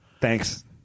Thanks